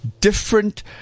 different